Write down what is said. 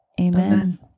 amen